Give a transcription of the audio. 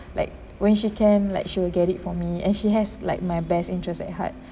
like when she can like she will get it for me and she has like my best interest at heart